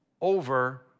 over